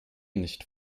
nicht